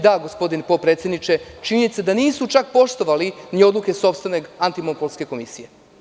Da, gospodine potpredsedniče, činjenica je da nisu čak poštovali ni odluke sopstvene antimonopolske komisije.